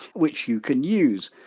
which you can use.